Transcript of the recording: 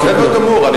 בסדר גמור.